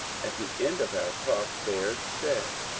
at the end of our talk baird said,